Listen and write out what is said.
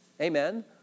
Amen